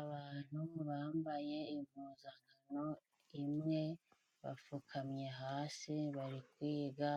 Abantu bambaye impuzankano imwe, bapfukamye hasi bari kwiga